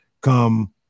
come